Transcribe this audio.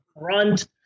front